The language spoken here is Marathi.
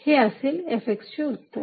हे असेल Fx चे उत्तर